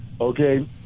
okay